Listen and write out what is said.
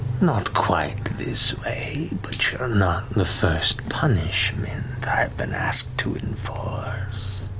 not quite this way, but you're not the first punishment i've been asked to enforce.